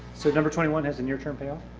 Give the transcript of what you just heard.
so number twenty one has a near-term payoff?